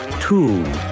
two